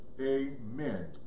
Amen